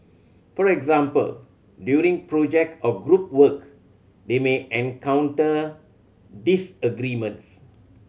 for example during project or group work they may encounter disagreements